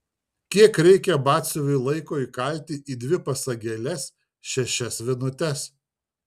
kiek reikia batsiuviui laiko įkalti į dvi pasagėles šešias vinutes